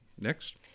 Next